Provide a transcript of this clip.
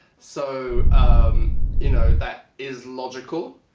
so um you know that is logical,